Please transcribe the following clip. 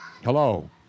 Hello